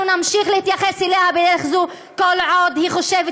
אנחנו נמשיך להתייחס אליה בדרך זו כל עוד היא חושבת